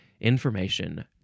Information